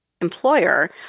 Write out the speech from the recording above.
employer